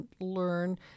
learn